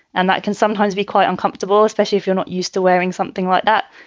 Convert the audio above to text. and that can sometimes be quite uncomfortable, especially if you're not used to wearing something like that.